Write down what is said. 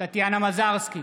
טטיאנה מזרסקי,